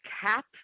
cap